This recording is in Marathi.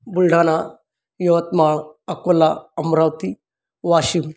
बुलढाणा यवतमाळ अकोला अमरावती वाशिम